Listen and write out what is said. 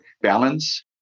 balance